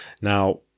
now